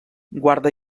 guarda